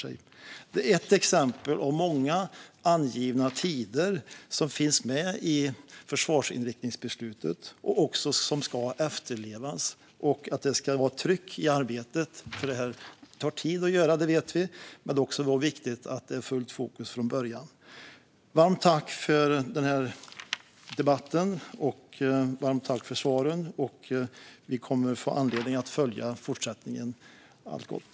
Detta är ett exempel av många på angivna tider som finns med i försvarsinriktningsbeslutet. De ska efterlevas, och det ska vara tryck i arbetet, för det tar tid att göra detta. Det vet vi. Då är det också viktigt att det är fullt fokus från början. Varmt tack för svaren i den här debatten! Vi kommer att få anledning att följa fortsättningen. Allt gott!